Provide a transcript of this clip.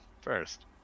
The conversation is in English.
first